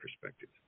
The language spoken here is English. perspective